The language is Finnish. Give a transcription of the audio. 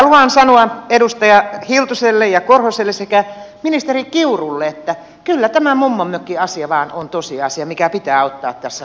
haluan sanoa edustaja hiltuselle ja korhoselle sekä ministeri kiurulle että kyllä tämä mummonmökkiasia vain on tosiasia mikä pitää ottaa tässä huomioon